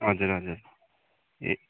हजुर हजुर ए